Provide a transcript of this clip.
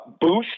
boost